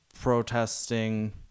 protesting